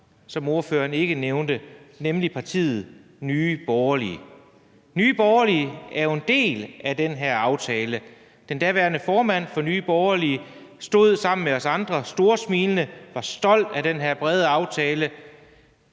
som ordføreren ikke nævnte, nemlig partiet Nye Borgerlige. Nye Borgerlige er jo en del af den her aftale. Den daværende formand for Nye Borgerlige stod sammen med os andre storsmilende og var stolt af den her brede aftale.